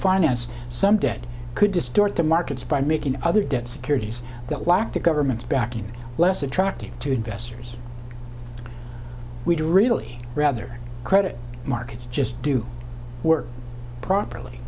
finance some debt could distort the markets by making other debts purities lacked a government backing less attractive to investors we'd really rather credit markets just do work properly